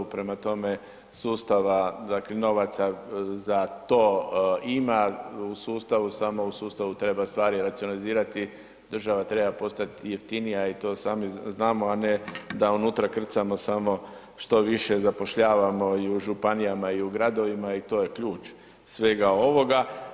Prema tome, novaca za to ima u sustavu samo u sustavu treba stvari racionalizirati, država treba postati jeftinija i to sami znamo, a ne da unutra krcamo samo što više zapošljavamo i u županijama i gradovima i to je ključ svega ovoga.